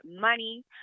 money